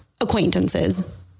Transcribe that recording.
acquaintances